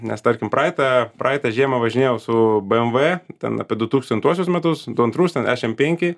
nes tarkim praeitą praeitą žiemą važinėjau su bmw ten apie du tūkstantuosius metus du antrus ten e šem penki